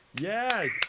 Yes